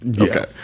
Okay